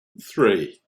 three